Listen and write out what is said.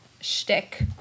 shtick